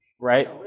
right